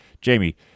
Jamie